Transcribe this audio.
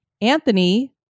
Anthony